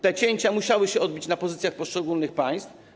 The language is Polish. Te cięcia musiały się odbić na pozycjach poszczególnych państw.